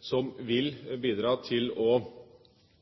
som vil bidra til å